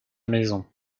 maison